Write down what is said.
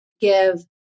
give